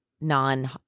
non